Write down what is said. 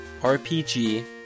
RPG